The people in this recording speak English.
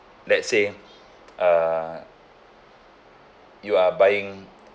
let's say err you are buying